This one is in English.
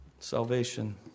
Salvation